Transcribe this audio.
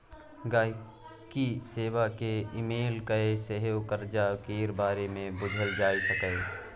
गांहिकी सेबा केँ इमेल कए सेहो करजा केर बारे मे बुझल जा सकैए